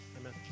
Amen